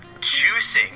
juicing